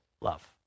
love